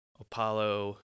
Apollo